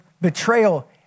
betrayal